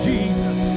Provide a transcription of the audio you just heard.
Jesus